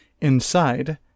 Inside